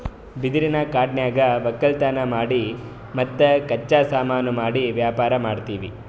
ಬಿದಿರಿನ್ ಕಾಡನ್ಯಾಗ್ ವಕ್ಕಲತನ್ ಮಾಡಿ ಮತ್ತ್ ಕಚ್ಚಾ ಸಾಮಾನು ಮಾಡಿ ವ್ಯಾಪಾರ್ ಮಾಡ್ತೀವಿ